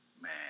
Man